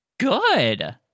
good